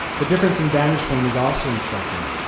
the difference in vantage point is also instructive.